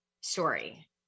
story